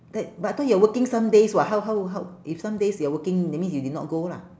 eh but I thought you are working some days [what] how how how if some days you are working that means you did not go lah